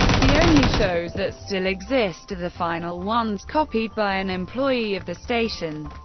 the only shows that still exist are the final ones copied by an employee of the station,